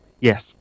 Yes